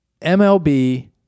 mlb